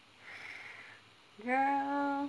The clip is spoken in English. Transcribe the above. girl